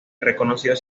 reconocidos